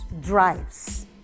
drives